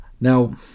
Now